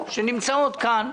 שנמצאות כאן,